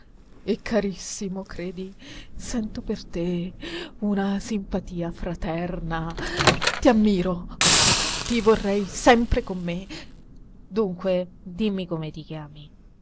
e carissimo credi sento per te una simpatia fraterna ti ammiro ti vorrei sempre con me dunque dimmi come ti chiami